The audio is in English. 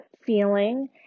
feeling